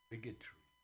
Bigotry